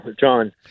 John